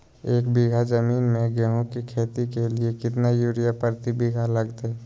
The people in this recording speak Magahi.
एक बिघा जमीन में गेहूं के खेती के लिए कितना यूरिया प्रति बीघा लगतय?